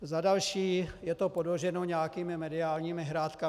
Za další, je to podloženo nějakými mediálními hrátkami.